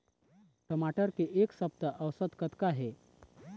टमाटर के एक सप्ता औसत कतका हे?